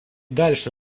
дальше